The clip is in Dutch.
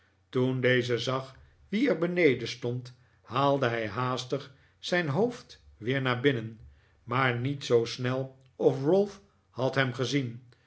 toen deze zag wie er beneden stond haalde hij haastig zijn hoofd weer naar binnen maar niet zoo snel of ralph had hem gezien